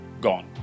gone